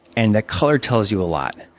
and the color tells you a lot.